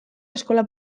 eskola